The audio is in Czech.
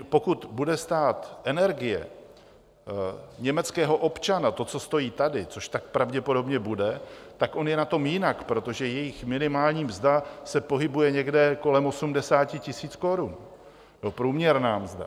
Pokud bude stát energie německého občana to, co stojí tady, což tak pravděpodobně bude, tak je on na tom jinak, protože jejich minimální mzda se pohybuje někde kolem 80 000 korun, průměrná mzda.